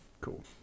Cool